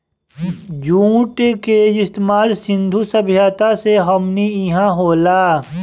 जुट के इस्तमाल सिंधु सभ्यता से हमनी इहा होला